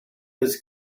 was